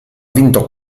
vinto